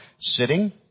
sitting